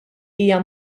hija